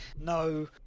No